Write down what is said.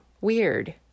weird